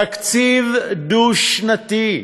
תקציב דו-שנתי,